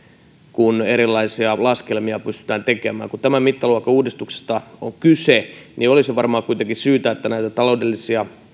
kun erilaisia laskelmia pystytään tekemään kun tämän mittaluokan uudistuksesta on kyse niin olisi varmaan kuitenkin syytä että näitä taloudellisia